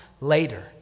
later